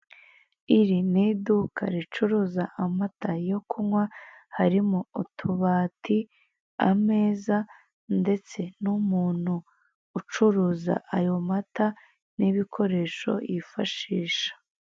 Iri ni iduka ricuruza amata yo kunywa, harimo utubati, ameza, ndetse n'umuntu ucuruza ayo mata n'ibikoresho yifashisha.